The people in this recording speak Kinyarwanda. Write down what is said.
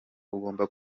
ugomba